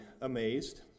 amazed